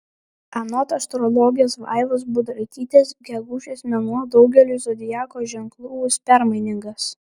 anot astrologės vaivos budraitytės gegužės mėnuo daugeliui zodiako ženklų bus permainingas